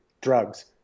drugs